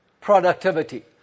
Productivity